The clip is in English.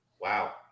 Wow